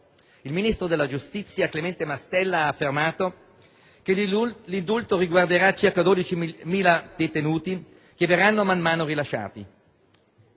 Il ministro della giustizia, Clemente Mastella, ha affermato che l'indulto riguarderà circa 12.000 detenuti che verranno man mano rilasciati.